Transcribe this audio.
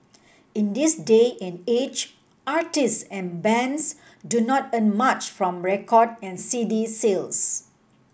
in this day and age artists and bands do not earn much from record and C D sales